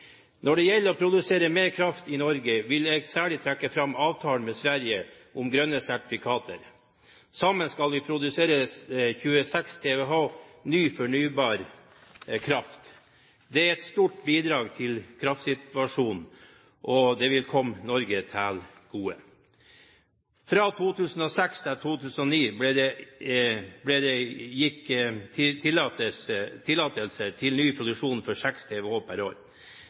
Når det gjelder å produsere mer kraft i Norge, vil jeg særlig trekke fram avtalen med Sverige om grønne sertifikater. Sammen skal vi produsere 26 TWh ny fornybar kraft. Det er et stort bidrag til kraftsituasjonen, og det vil komme Norge til gode. Fra 2006 til 2009 ble det gitt tillatelser til ny produksjon for 6 TWh per år.